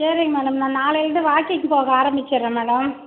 சேரிங்க மேடம் நான் நாளைலந்து வாக்கிங் போக ஆரமிச்சிடுறேன் மேடம்